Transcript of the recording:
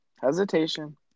hesitation